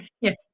Yes